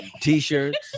T-shirts